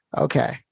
okay